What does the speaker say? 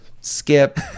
Skip